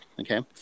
Okay